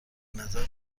نظر